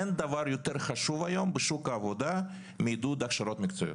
אין דבר חשוב יותר היום בשוק העבודה מעידוד הכשרות מקצועיות.